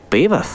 Beavis